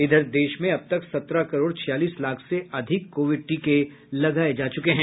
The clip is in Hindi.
इधर देश में अब तक सत्रह करोड़ छियालीस लाख से अधिक कोविड टीके लगाये जा चुके हैं